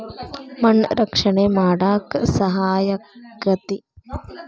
ಮಣ್ಣ ರಕ್ಷಣೆ ಮಾಡಾಕ ಸಹಾಯಕ್ಕತಿ